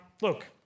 look